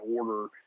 order